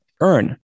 earn